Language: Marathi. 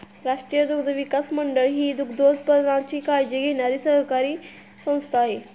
राष्ट्रीय दुग्धविकास मंडळ ही दुग्धोत्पादनाची काळजी घेणारी सरकारी संस्था आहे